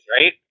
right